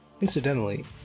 Incidentally